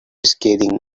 scathing